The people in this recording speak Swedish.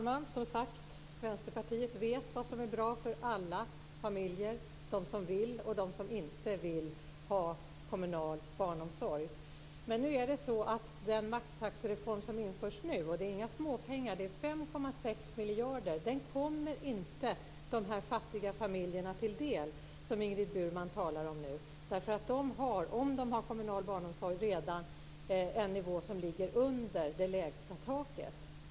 Fru talman! Vänsterpartiet vet, som sagt, vad som är bra för alla familjer, de som vill och de som inte vill ha kommunal barnomsorg. Men den maxtaxereform som införs nu - och det är inga småpengar utan 5,6 miljarder - kommer inte de här fattiga familjerna, som Ingrid Burman talar om, till del. Om de har kommunal barnomsorg har de redan en nivå som ligger under det lägsta taket.